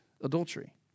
adultery